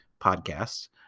podcasts